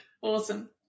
Awesome